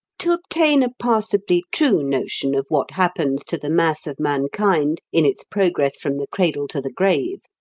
to obtain a passably true notion of what happens to the mass of mankind in its progress from the cradle to the grave,